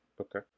okay